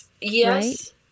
yes